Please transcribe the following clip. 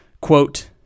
quote